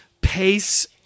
pace